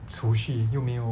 储蓄又没有